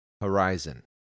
horizon